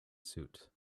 suit